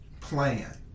plan